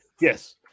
Yes